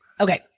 Okay